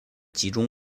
集中